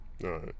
right